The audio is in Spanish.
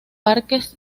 parques